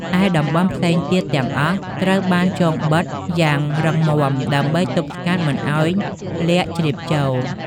ឯតំបន់ផ្សេងទៀតទាំងអស់ ត្រូវបានចងបិទយ៉ាងរឹងមាំ ដើម្បីទប់ស្កាត់មិនឱ្យល័ក្តជ្រាបចូល។